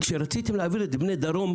כשרציתם להעביר את בני דרום,